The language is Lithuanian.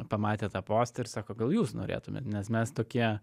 pamatė tą postą ir sako gal jūs norėtumėt nes mes tokie